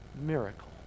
Miracle